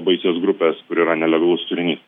baisios grupės kur yra nelegalus turinys